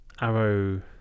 arrow